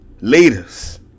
leaders